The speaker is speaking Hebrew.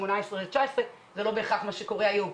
2018 זה לא בהכרח מה שקורה היום,